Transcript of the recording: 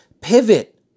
pivot